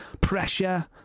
pressure